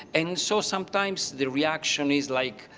and so sometimes, the reaction is like,